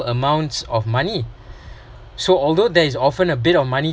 amounts of money so although there is often a bit of money